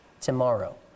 tomorrow